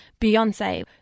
Beyonce